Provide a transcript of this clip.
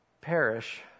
perish